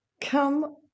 Come